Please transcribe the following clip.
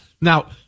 now